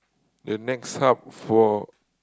the next hub for